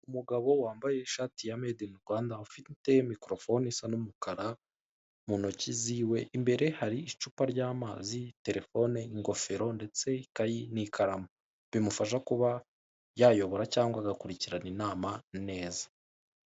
Umugabo wambaye ishati ya medinirwanda ufite mikorofone isa numukara nuntoki ziwe imbere hari icupa ryamazi telefone ingofero ndetse ikayi nikaramu bimufasha kuba yayobora cyangwa agakurikirana inama neza.